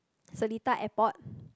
Seletar-Airport